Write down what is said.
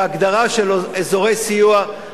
בהגדרה שלו "אזורי סיוע",